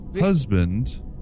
husband